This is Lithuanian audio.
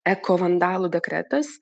eko vandalų dekretas